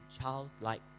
childlike